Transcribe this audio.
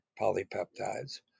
polypeptides